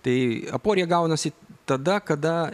tai aporija gaunasi tada kada